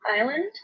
Island